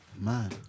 Man